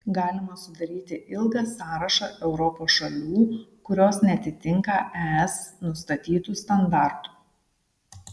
galima sudaryti ilgą sąrašą europos šalių kurios neatitinka es nustatytų standartų